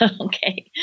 Okay